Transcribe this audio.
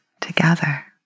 together